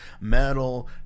metal